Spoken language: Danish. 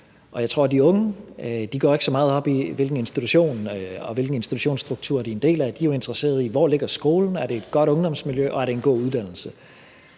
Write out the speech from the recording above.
Jeg tror ikke, at de unge går så meget op i, hvilken institution og hvilken institutionsstruktur de er en del af; de er jo interesseret i, hvor skolen ligger, om det er et godt ungdomsmiljø, og om det er en god uddannelse.